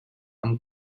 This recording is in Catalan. amb